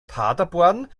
paderborn